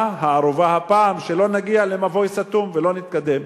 מה הערובה הפעם שלא נגיע למבוי סתום ולא נתקדם?